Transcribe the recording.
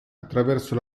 attraverso